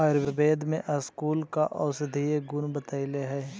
आयुर्वेद में स्कूल का औषधीय गुण बतईले हई